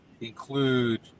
include